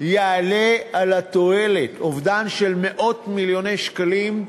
יעלה על התועלת: אובדן של מאות-מיליוני שקלים,